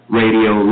radio